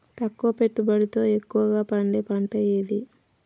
తక్కువ పెట్టుబడితో ఎక్కువగా పండే పంట ఏది?